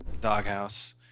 Doghouse